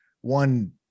one